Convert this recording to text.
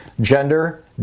gender